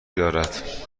دارد